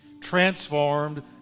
transformed